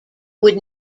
would